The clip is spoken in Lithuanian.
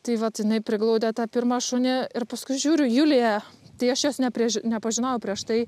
tai vat jinai priglaudė tą pirmą šunį ir paskui žiūriu julija tai aš jos ne priež nepažinojau prieš tai